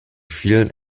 vielen